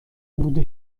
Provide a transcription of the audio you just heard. بوده